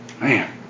Man